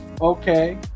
okay